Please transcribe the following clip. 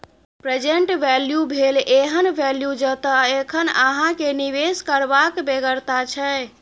present value भेल एहन value जतय एखन अहाँ केँ निबेश करबाक बेगरता छै